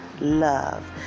love